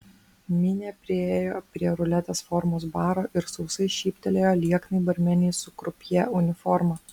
minė priėjo prie ruletės formos baro ir sausai šyptelėjo lieknai barmenei su krupjė uniforma